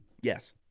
Yes